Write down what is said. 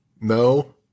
no